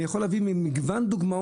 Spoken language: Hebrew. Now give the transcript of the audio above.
אני יכול להביא מגוון דוגמאות,